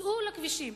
צאו לכבישים.